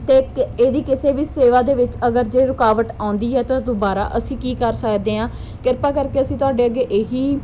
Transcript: ਅਤੇ ਕ ਇਹਦੀ ਕਿਸੇ ਵੀ ਸੇਵਾ ਦੇ ਵਿੱਚ ਅਗਰ ਜੇ ਰੁਕਾਵਟ ਆਉਂਦੀ ਹੈ ਤਾਂ ਦੁਬਾਰਾ ਅਸੀਂ ਕੀ ਕਰ ਸਕਦੇ ਹਾਂ ਕਿਰਪਾ ਕਰਕੇ ਅਸੀਂ ਤੁਹਾਡੇ ਅੱਗੇ ਇਹੀ